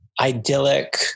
idyllic